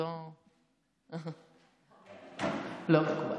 לא מקובל,